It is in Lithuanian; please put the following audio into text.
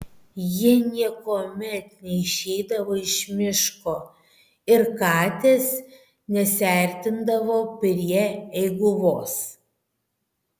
jie niekuomet neišeidavo iš miško ir katės nesiartindavo prie eiguvos